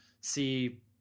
see